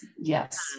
Yes